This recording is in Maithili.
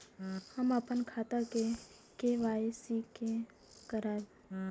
हम अपन खाता के के.वाई.सी के करायब?